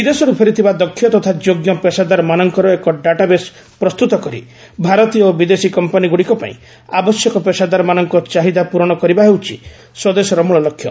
ବିଦେଶରୁ ଫେରିଥିବା ଦକ୍ଷ ତଥା ଯୋଗ୍ୟ ପେସାଦାରମାନଙ୍କର ଏକ ଡାଟାବେଶ ପ୍ରସ୍ତୁତ କରି ଭାରତୀୟ ଓ ବିଦେଶୀ କମ୍ପାନୀଗୁଡ଼ିକ ପାଇଁ ଆବଶ୍ୟକ ପେସାଦାରମାନଙ୍କ ଚାହିଦା ପୂରଣ କରିବା ହେଉଛି ସ୍ୱଦେଶର ମୂଳ ଲକ୍ଷ୍ୟ